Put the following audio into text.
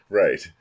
right